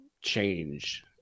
change